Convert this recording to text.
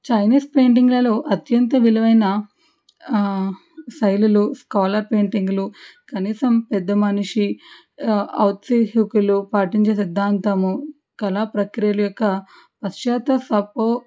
Chinese పెయింటింగ్లలో అత్యంత విలువైన శైలులు స్కాలర్ పెయింటింగ్లు కనీసం పెద్ద మనిషి అవుట్ సి హ్యూకిలో పాటించే సిద్ధాంతము కళా ప్రక్రియలు యొక్కపశ్చాత్త ఫఫో